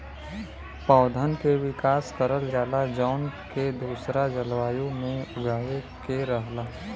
पौधन के विकास करल जाला जौन के दूसरा जलवायु में उगावे के रहला